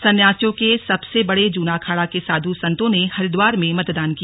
सन्यासियों के सबसे बड़े जूना अखाड़ा के साधु संतों ने हरिद्वार में मतदान किया